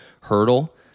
hurdle